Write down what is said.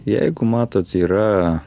jeigu matot yra